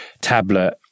tablet